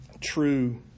true